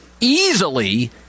easily